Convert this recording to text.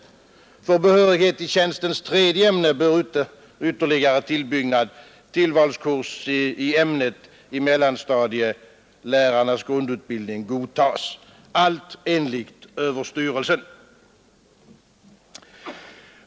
För behörighet i tjänstens tredje ämne bör tillvalskurs i ämnet i mellanstadielärarnas grundutbildning godtas. Detta enligt skolöverstyrelsen.